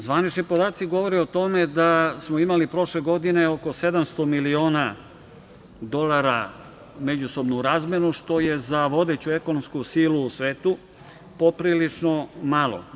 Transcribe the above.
Zvanični podaci govore o tome da smo imali prošle godine oko 700 miliona dolara međusobnu razmenu, što je za vodeću ekonomsku silu u svetu poprilično malo.